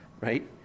right